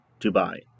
Dubai